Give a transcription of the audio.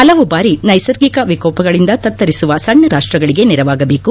ಹಲವು ಬಾರಿ ನೈಸರ್ಗಿಕ ವಿಕೋಪಗಳಿಂದ ತತ್ತರಿಸುವ ಸಣ್ಣರಾಷ್ಟಗಳಿಗೆ ನೆರವಾಗಬೇಕು